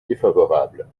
défavorable